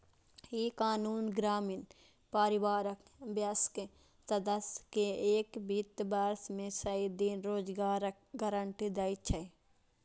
ई कानून ग्रामीण परिवारक वयस्क सदस्य कें एक वित्त वर्ष मे सय दिन रोजगारक गारंटी दै छै